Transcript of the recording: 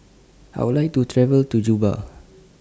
I Would like to travel to Juba